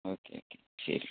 okay okay ശരി